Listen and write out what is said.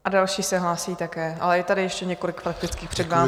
A další se hlásí také, ale je tady ještě několik faktických před vámi.